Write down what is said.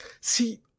See